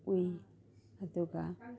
ꯎꯏ ꯑꯗꯨꯒ